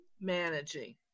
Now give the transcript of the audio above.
managing